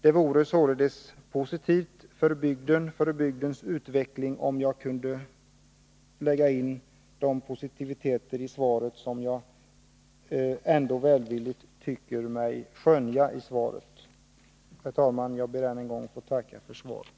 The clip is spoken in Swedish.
Det vore således till gagn för bygdens utveckling, om svaret innehöll den positiva anda som jag ändå tycker mig skönja i detsamma. Herr talman! Jag ber än en gång att få tacka för svaret.